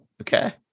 Okay